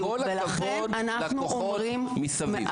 עם כל הכבוד לכוחות מסביב.